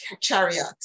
chariot